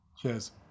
Cheers